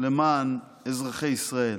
למען אזרחי ישראל?